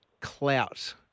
clout